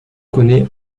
connaît